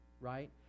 right